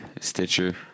Stitcher